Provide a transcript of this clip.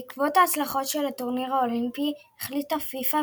בעקבות ההצלחות של הטורניר האולימפי החליטה פיפ"א,